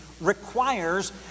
requires